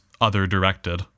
other-directed